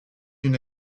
une